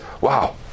Wow